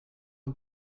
ont